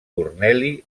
corneli